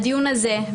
הדיון הזה,